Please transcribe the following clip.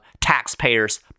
taxpayers